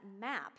map